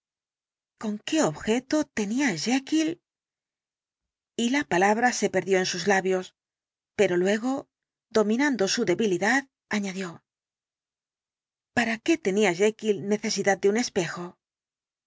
con qué objeto tenía jekyll y la palabra se perdió en sus labios pero luego dominando su debilidad añadió para qué tenía jekyll necesidad de un espejo